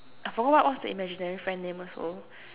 I forgot what what's the imaginary friend name also